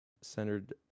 centered